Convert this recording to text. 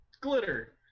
Glitter